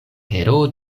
heroo